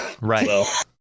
Right